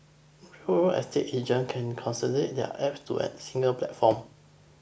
real estate agents can consolidate their apps to a single platform